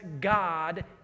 God